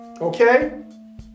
Okay